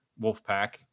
Wolfpack